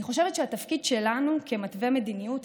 אני חושבת שהתפקיד שלנו כמתווי מדיניות,